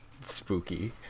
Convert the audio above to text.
spooky